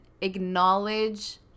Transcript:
acknowledge